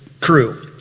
crew